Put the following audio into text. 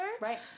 Right